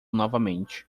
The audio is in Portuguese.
novamente